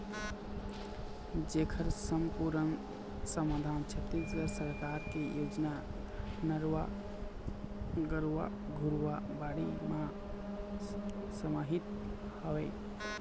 जेखर समपुरन समाधान छत्तीसगढ़ सरकार के योजना नरूवा, गरूवा, घुरूवा, बाड़ी म समाहित हवय